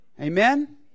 Amen